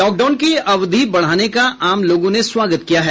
lockdown की अवधि बढ़ाने का आम लोगों ने स्वागत किया है